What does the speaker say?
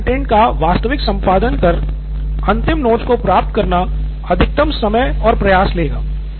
base content का वास्तविक संपादन कर अंतिम नोट्स को प्राप्त करना अधिकतम समय और प्रयास लेगा